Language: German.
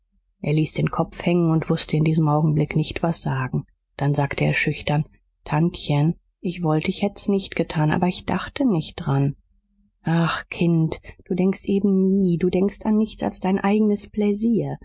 er ließ den kopf hängen und wußte in diesem augenblick nicht was sagen dann sagte er schüchtern tantchen ich wollt ich hätt's nicht getan aber ich dachte nicht dran ach kind du denkst eben nie du denkst an nichts als dein eigenes pläsier